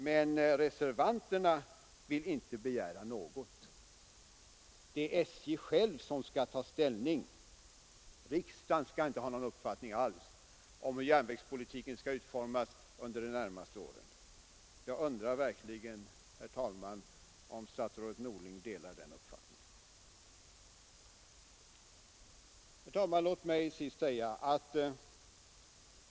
Men reservanterna vill inte begära något — det är SJ självt som skall ta ställning; riksdagen skall inte ha någon uppfattning alls om hur järnvägspolitiken bör utformas under de närmaste åren. Jag undrar verkligen, herr talman, om statsrådet Norling delar den uppfattningen. Herr talman!